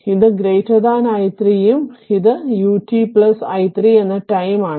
ഇത് i 3 ഉം ഇത് ഇത് ut i 3 എന്ന ടൈം ആണ്